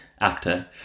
actor